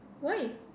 why